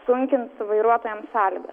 sunkins vairuotojams sąlygas